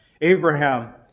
Abraham